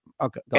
okay